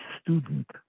student